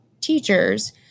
teachers